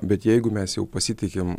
bet jeigu mes jau pasitikim